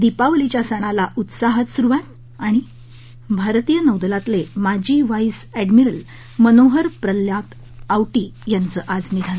दीपावलीच्या सणाला उत्साहात सुरुवात भारतीय नौदलातले माजी व्हाईस अॅडमिरल मनोहर प्रल्हाद आवटी यांचं आज निधन